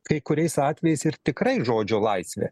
kai kuriais atvejais ir tikrai žodžio laisvė